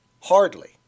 Hardly